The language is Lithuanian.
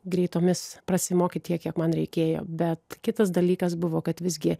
greitomis prasimokyt tiek kiek man reikėjo bet kitas dalykas buvo kad visgi